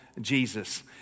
Jesus